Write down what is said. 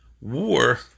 war